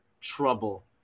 trouble